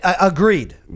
Agreed